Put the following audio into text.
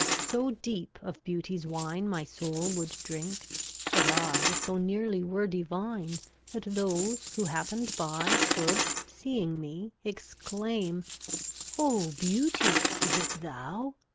so deep of beauty's wine my soul would drink that i so nearly were divine that those who happened by should, seeing me, exclaim o beauty! is it thou?